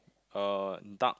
uh dark